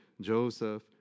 Joseph